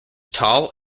tall